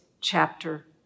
chapter